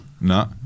No